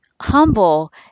humble